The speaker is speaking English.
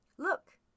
Look